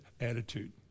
attitude